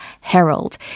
Herald